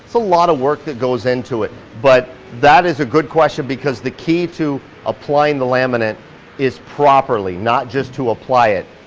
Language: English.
so lot of work that goes into it. but that is a good question because the key to applying the laminate is properly, not just to apply it.